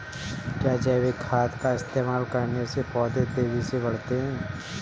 क्या जैविक खाद का इस्तेमाल करने से पौधे तेजी से बढ़ते हैं?